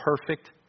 perfect